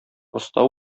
оста